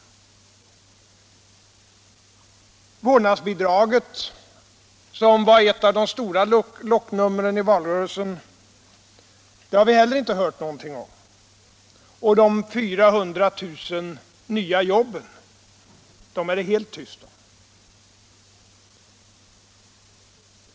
Inte heller om vårdnadsbidraget, som var ett av de stora locknumren i valrörelsen, har vi hört någonting. De 400 000 nya jobben är det helt tyst om.